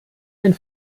ein